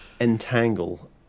entangle